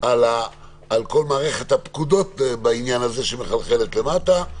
על כל מערכת הפקודות בעניין הזה שמחלחלת למטה,